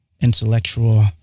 intellectual